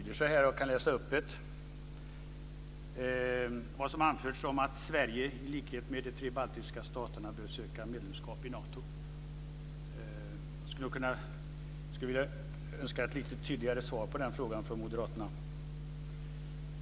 Det gäller vad vi har anfört om att Sverige i likhet med de tre baltiska staterna bör söka medlemskap i Nato. Jag skulle önska att jag fick ett lite tydligare svar från moderaterna på den här frågan.